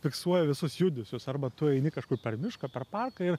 fiksuoja visus judesius arba tu eini kažkur per mišką per parką ir